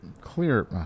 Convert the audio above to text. Clear